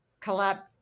collab